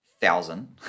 thousand